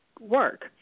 work